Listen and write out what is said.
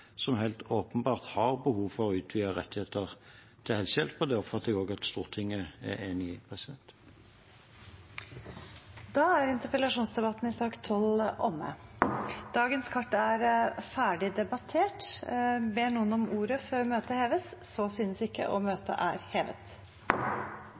som helt åpenbart har behov for utvidede rettigheter til helsehjelp. Det oppfatter jeg også at Stortinget er enig i. Interpellasjonsdebatten i sak nr. 12 er omme. Dagens kart er ferdig debattert. Ber noen om ordet før møtet heves? – Så synes ikke, og